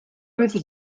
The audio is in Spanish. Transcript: vez